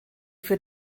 für